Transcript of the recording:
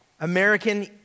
American